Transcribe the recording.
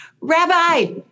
Rabbi